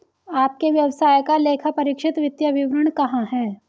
आपके व्यवसाय का लेखापरीक्षित वित्तीय विवरण कहाँ है?